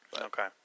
Okay